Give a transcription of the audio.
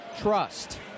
Trust